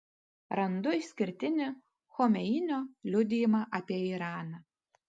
randu išskirtinį chomeinio liudijimą apie iraną